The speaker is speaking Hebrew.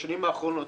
בשנים האחרונות,